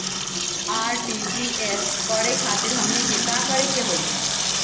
RTGS करे खातीर हमनी के का करे के हो ई?